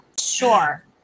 Sure